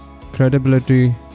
credibility